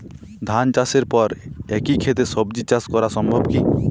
ধান চাষের পর একই ক্ষেতে সবজি চাষ করা সম্ভব কি?